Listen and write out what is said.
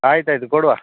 ಆಯ್ತು ಆಯಿತು ಕೊಡುವ